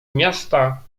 miasta